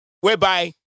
whereby